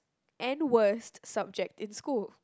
and worst subject in school